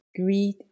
greed